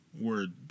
word